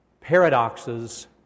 paradoxes